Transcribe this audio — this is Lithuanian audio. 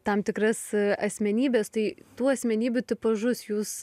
tam tikras asmenybes tai tų asmenybių tipažus jūs